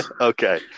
Okay